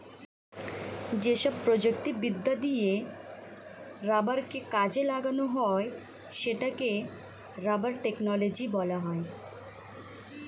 যেসব প্রযুক্তিবিদ্যা দিয়ে রাবারকে কাজে লাগানো হয় সেটাকে রাবার টেকনোলজি বলা হয়